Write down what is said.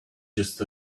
just